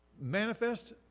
manifest